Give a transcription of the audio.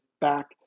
back